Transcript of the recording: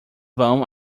vão